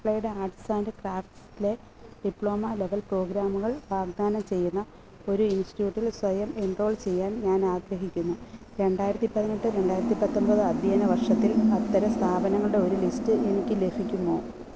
applied arts and crafts ലെ diploma level പ്രോഗ്രാമുകൾ വാഗ്ദാനം ചെയ്യുന്ന ഒരു ഇൻസ്റ്റിറ്റ്യൂട്ടിൽ സ്വയം എൻറോൾ ചെയ്യാൻ ഞാൻ ആഗ്രഹിക്കുന്നു രണ്ടായിരത്തി പതിനെട്ട് രണ്ടായിരത്തി പത്തൊമ്പത് അധ്യയന വർഷത്തിൽ അത്തരം സ്ഥാപനങ്ങളുടെ ഒരു ലിസ്റ്റ് എനിക്ക് ലഭിക്കുമോ